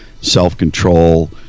self-control